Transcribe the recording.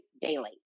daily